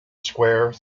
square